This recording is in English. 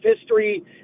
history